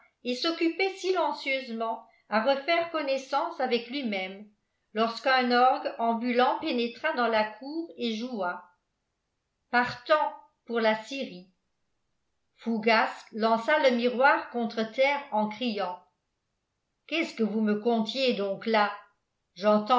et s'occupait silencieusement à refaire connaissance avec lui-même lorsqu'un orgue ambulant pénétra dans la cour et joua partant pour la syrie fougas lança le miroir contre terre en criant qu'est-ce que vous me contiez donc là